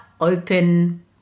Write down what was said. open